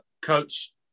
coach